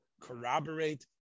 corroborate